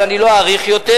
אבל אני לא אאריך יותר,